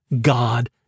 God